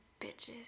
bitches